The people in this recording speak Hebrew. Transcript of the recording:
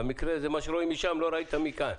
במקרה הזה, מה שרואים משם לא ראית מכאן.